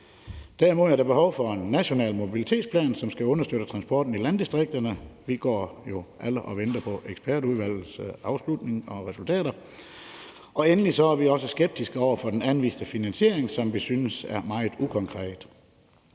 Derimod er der behov for en national mobilitetsplan, som skal understøtte transporten i landdistrikterne. Og vi går jo alle og venter på ekspertudvalgets resultater. Endelig er vi også skeptiske over for den anviste finansiering, som vi synes er meget ukonkret.